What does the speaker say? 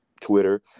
Twitter